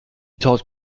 taught